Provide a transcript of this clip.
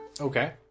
Okay